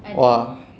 I think